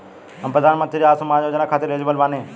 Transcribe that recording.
हम प्रधानमंत्री के अंशुमान योजना खाते हैं एलिजिबल बनी?